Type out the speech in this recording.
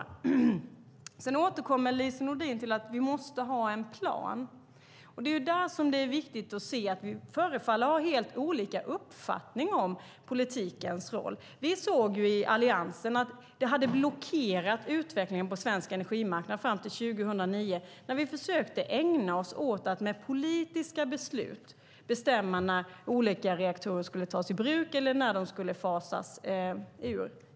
Lise Nordin återkommer till att vi måste ha en plan. Där kan man se att vi förefaller att ha helt olika uppfattning om politikens roll. Vi såg i Alliansen att det hade blockerat utvecklingen på svensk energimarknad fram till 2009 när vi försökte ägna oss åt att med politiska beslut bestämma när olika reaktorer skulle tas i bruk eller när de skulle fasas ut.